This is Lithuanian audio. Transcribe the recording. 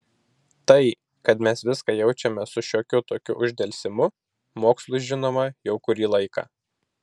tai kad mes viską jaučiame su šiokiu tokiu uždelsimu mokslui žinoma jau kurį laiką